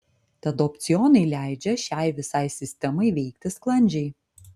tad opcionai leidžia šiai visai sistemai veikti sklandžiai